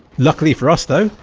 luckily for us though,